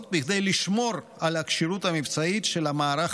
כדי לשמור על הכשירות המבצעית של המערך